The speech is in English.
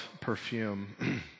perfume